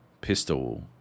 pistol